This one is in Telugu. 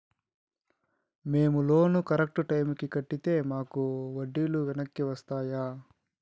మేము లోను కరెక్టు టైముకి కట్టితే మాకు వడ్డీ లు వెనక్కి వస్తాయా?